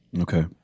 Okay